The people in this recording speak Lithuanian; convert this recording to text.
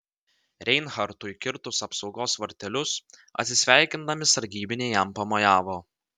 reinhartui kirtus apsaugos vartelius atsisveikindami sargybiniai jam pamojavo